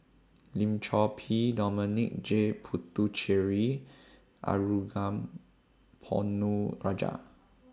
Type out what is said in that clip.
Lim Chor Pee Dominic J Puthucheary Ponnu Rajah